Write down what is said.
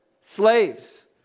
slaves